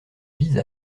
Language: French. vise